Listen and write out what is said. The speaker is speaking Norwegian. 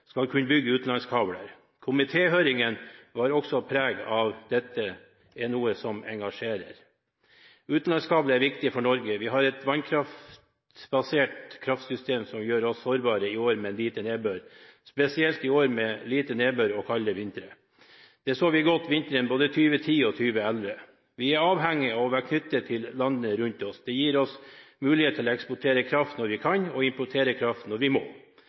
skal kunne bygge utenlandskabler. Komitéhøringen bar også preg av at dette er noe som engasjerer. Utenlandskabler er viktige for Norge. Vi har et vannkraftbasert kraftsystem som gjør oss sårbare i år med lite nedbør, spesielt i år med lite nedbør og kalde vintre. Det så vi godt vintrene 2010 og 2011. Vi er avhengig av å være knyttet til landene rundt oss. Det gir oss mulighet til å eksportere kraft når vi kan og importere kraft når vi må.